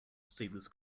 seedless